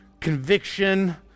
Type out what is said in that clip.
conviction